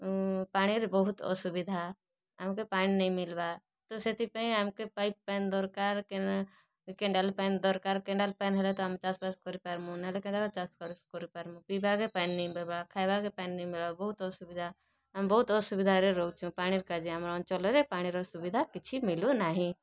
ପାଣିର ବହୁତ୍ ଅସୁବିଧା ଆମ୍କେ ପାଏଁନ୍ ନାଇଁ ମିଲବାର୍ ତ ସେଥିପାଇଁ ଆମ୍କେ ପାଇପ୍ ପାଏଁନ୍ ଦରକାର୍ କେନାଲ୍ ପାଏଁନ୍ ଦରକାର୍ କେନାଲ୍ ପାଏଁନ୍ ହେଲେ ତ ଆମେ ଚାଷ ବାସ୍ କରି ପାରମୁଁ ନା ହେଲେ କେନ୍ତା କର୍ ଚାଷ ବାସ୍ କରି ପାରମୁଁ ପିଇବାକେ ପାଏଁନ୍ ନାଇଁ ମିଲବାର ଖାଏବାରକେ ପାଏଁନ୍ ନାଇଁ ମିଲବାର ଆମେ ବହୁତ୍ ଅସୁବିଧା ଆମେ ବହୁତ୍ ଅସୁବିଧାରେ ରହୁଁଛୁ ପାନିର୍ କାଜି ଆମର ଅଞ୍ଚଳରେ ପାଣିର ସୁବିଧା କିଛି ମିଲୁନାହିଁ